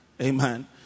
Amen